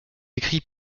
écrit